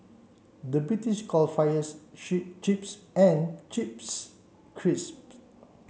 the British call fries chips and chips